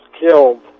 killed